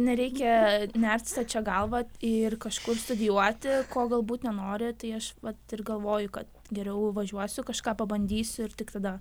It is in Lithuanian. nereikia nert stačia galva ir kažkur studijuoti ko galbūt nenori tai aš vat ir galvoju kad geriau važiuosiu kažką pabandysiu ir tik tada